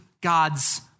God's